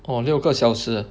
orh 六个小时